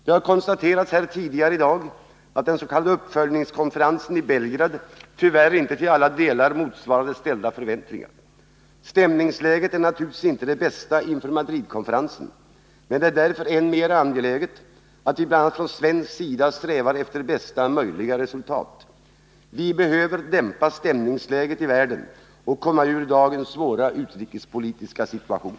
Det har konstaterats här tidigare i dag att den s.k. uppföljningskonferensen i Belgrad tyvärr inte till alla delar motsvarade ställda förväntningar. Stämningsläget är naturligtvis inte det bästa inför Madridkonferensen, men det är därför ännu mer angeläget att vi bl.a. från svensk sida strävar efter så bra resultat som möjligt. Vi behöver dämpa spänningsläget i världen och komma ur dagens svåra utrikespolitiska situation.